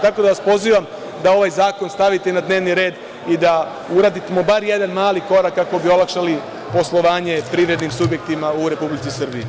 Tako da, pozivam vas da ovaj zakon stavite na dnevni red i da uradimo bar jedan mali korak kako bi olakšali poslovanje privrednim subjektima u Republici Srbiji.